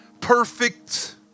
perfect